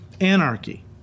Anarchy